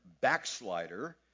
backslider